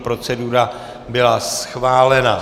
Procedura byla schválena.